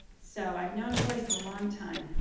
so i've known joyce a long time.